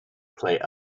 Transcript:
clay